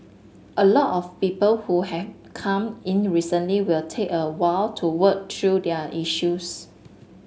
a lot of people who have come in recently will take a while to work through their issues